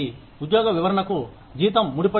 ఉద్యోగ వివరణకు జీతం ముడిపడి ఉంది